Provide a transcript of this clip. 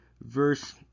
verse